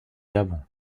avant